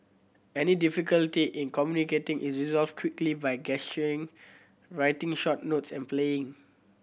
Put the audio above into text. any difficulty in communicating is resolved quickly by gesturing writing short notes and playing